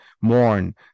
mourn